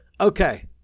okay